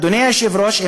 אדוני היושב-ראש,